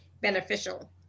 beneficial